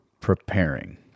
preparing